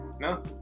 no